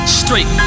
straight